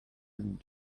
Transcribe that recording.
him